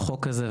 בחוק הזה,